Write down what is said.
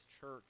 church